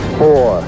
four